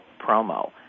promo